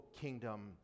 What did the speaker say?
kingdom